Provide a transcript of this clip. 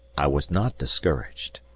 i was not discouraged.